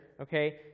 okay